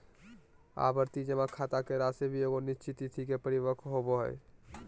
आवर्ती जमा खाता के राशि भी एगो निश्चित तिथि के परिपक्व होबो हइ